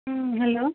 hello